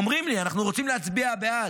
אומרים לי: אנחנו רוצים להצביע בעד,